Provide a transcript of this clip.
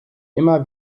immer